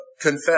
confess